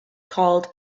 called